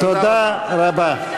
תגיד דבר אחד